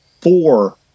four